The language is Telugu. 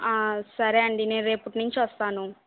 సరే అండి నేను రేపటి నుంచి వస్తాను